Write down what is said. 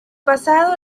pasado